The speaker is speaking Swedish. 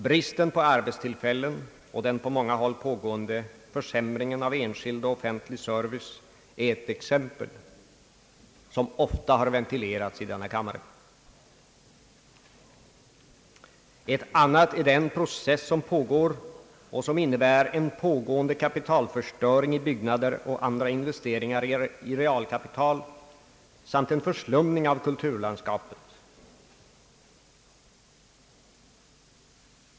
Bristen på arbetstillfällen och den på många håll pågående försämringen av enskild och offentlig service är ett exempel härpå som ofta har ventilerats i denna kammare. Ett annat är den process som pågår och som innebär en fortskridande kapitalförstöring i byggnader och andra investeringar i realkapital samt en förslum ning av kulturlandskapet.